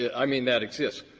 i mean, that exists.